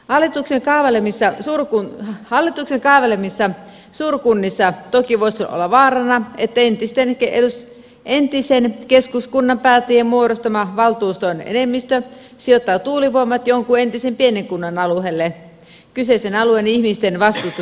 valitukset alalle missä se on kuin haluten hallituksen kaavailemissa suurkunnissa toki voisi olla vaarana että entisen keskuskunnan päättäjien muodostama valtuuston enemmistö sijoittaa tuulivoimalat jonkun entisen pienen kunnan alueelle kyseisen alueen ihmisten vastustuksesta huolimatta